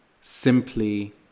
simply